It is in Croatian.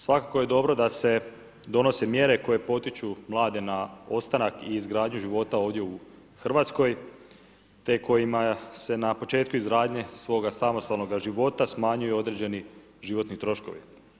Svakako je dobro da se donose mjere koje potiču mlade na ostanak i izgradnju života ovdje u Hrvatskoj te kojima se na početku izgradnje svoga samostalnog života smanjuju određeni životni troškovi.